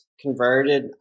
converted